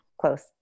close